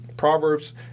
Proverbs